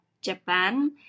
Japan